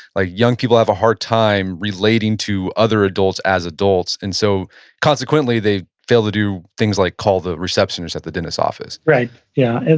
ah young people have a hard time relating to other adults as adults, and so consequently they fail to do things like call the receptions at the dentist office? right, yeah. and